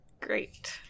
Great